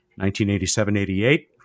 1987-88